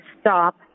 stop